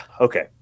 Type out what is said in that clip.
okay